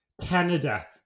Canada